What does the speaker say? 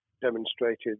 demonstrated